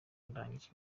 ndangije